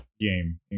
game